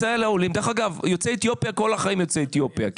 אגב יוצאי אתיופיה כל החיים יוצאי אתיופיה.